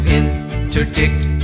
interdict